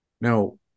now